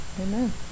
Amen